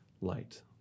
light